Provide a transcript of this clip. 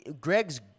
Greg's